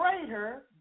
greater